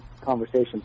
conversation